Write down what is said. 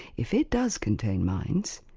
if it does contain minds,